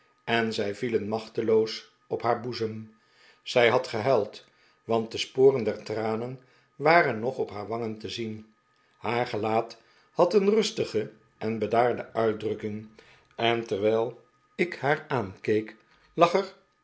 en zij vielen machteloos op haar boezem zij had gehuild want de sporen der tranen waren nog op haar wangen te zien haar gelaat had een rustige en bedaarde uitdrukking en terwijl ik haar aankeek